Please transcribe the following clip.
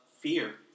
fear